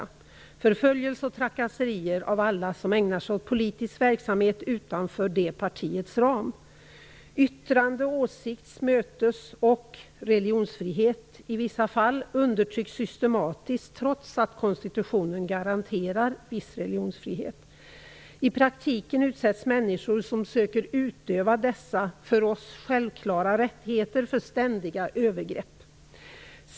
Det förekommer förföljelser och trakasserier av alla som ägnar sig åt politisk verksamhet utanför det enda partiets ram. Yttrande-, åsikts-, mötes och, i vissa fall, religionsfrihet undertrycks systematiskt trots att konstitutionen garanterar viss religionsfrihet. I praktiken utsätts människor som söker utöva dessa för oss självklara rättigheter för ständiga övergrepp.